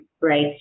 right